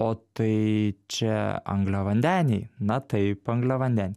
o tai čia angliavandeniai na taip angliavandeniai